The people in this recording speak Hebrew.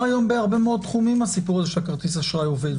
היום בהרבה תחומים הסיפור של כרטיס האשראי עובד.